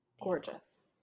Gorgeous